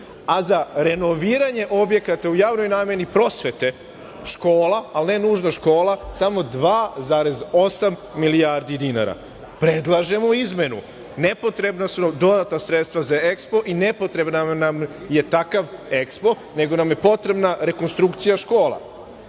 a za renoviranje objekata u javnoj nameni prosvete, škola, ali ne nužno škola, samo 2,8 milijardi dinara. Predlažemo izmenu. Nepotrebna su nam dodatna sredstva za EKSPO i nepotreban nam je takav EKSPO, nego nam je potrebna rekonstrukcija škola.